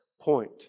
point